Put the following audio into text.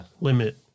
limit